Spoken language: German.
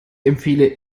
empfehle